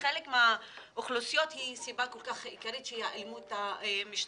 לחלק מהאוכלוסיות היא סיבה כל כך עיקרית שהיא האלימות המשטרתית.